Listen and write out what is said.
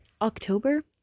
October